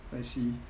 I see